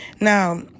Now